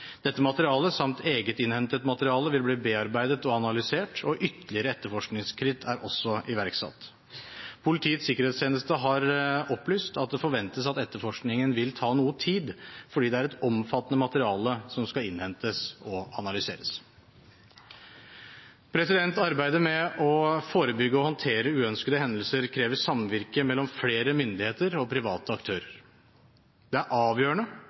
Dette materialet samt eget innhentet materiale vil bli bearbeidet og analysert, og ytterligere etterforskingsskritt er også iverksatt. Politiets sikkerhetstjeneste har opplyst at det forventes at etterforskningen vil ta noe tid fordi det er et omfattende materiale som skal innhentes og analyseres. Arbeidet med å forebygge og håndtere uønskede hendelser krever samvirke mellom flere myndigheter og private aktører. Det er avgjørende